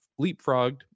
leapfrogged